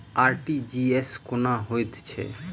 RTGS कोना होइत छै?